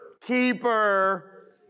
keeper